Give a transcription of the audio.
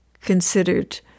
considered